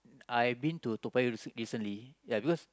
I been to Toa-Payoh recent recently ya because